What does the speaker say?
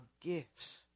gifts